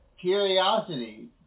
Curiosity